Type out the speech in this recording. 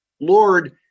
Lord